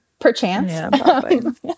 Perchance